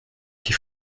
qui